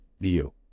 view